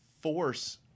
force